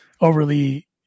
overly